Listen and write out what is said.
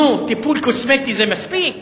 נו, טיפול קוסמטי זה מספיק?